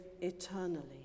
eternally